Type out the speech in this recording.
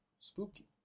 Spooky